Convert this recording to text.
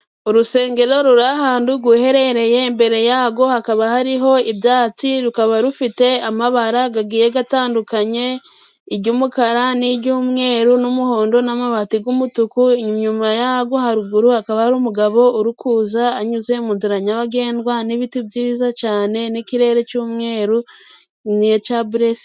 Urusengero ruri ahantu ruherereye, imbere yarwo hakaba hariho ibyatsi , rukaba rufite amabara gage agiye atandukanye: iry'umukara n'iry'umweru n'umuhondo n'amabati y'umutuku, inyuma yaho, haruguru akaba ari umugabo uri kuza anyuze mu nzira nyabagendwa , n'ibiti byiza cyane n'ikirere cy'umweru n'icya bulesiyeri.